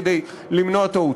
כדי למנוע טעות.